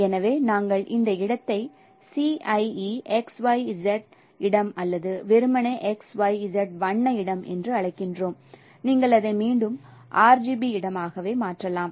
எனவே நாங்கள் இந்த இடத்தை CIE XYZ இடம் அல்லது வெறுமனே XYZ வண்ண இடம் என்று அழைக்கிறோம் நீங்கள் அதை மீண்டும் RGB இடமாக மாற்றலாம்